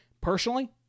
Personally